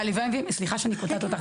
סליחה שאני קוטעת אותך,